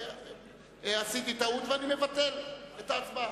עשיתי טעות ואני מבטל את ההצבעה.